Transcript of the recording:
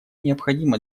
необходима